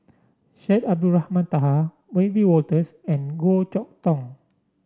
Syed Abdulrahman Taha Wiebe Wolters and Goh Chok Tong